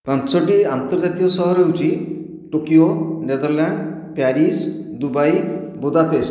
ପାଞ୍ଚୋଟି ଆନ୍ତର୍ଜାତୀୟ ସହର ହେଉଛି Tokyo Netherland Paris Dubai Budapest